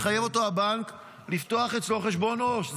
מחייב אותו הבנק לפתוח אצלו חשבון עו"ש.